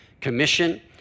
Commission